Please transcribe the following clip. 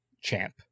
champ